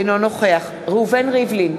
אינו נוכח ראובן ריבלין,